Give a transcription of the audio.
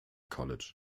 college